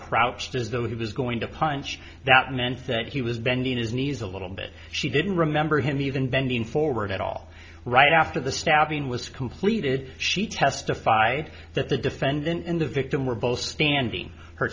crouched as though he was going to punch that meant that he was bending his knees a little bit she didn't remember him even bending forward at all right after the stabbing was completed she testified that the defendant and the victim were both standing her